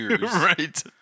right